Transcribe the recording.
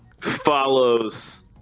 follows